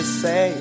say